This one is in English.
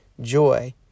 joy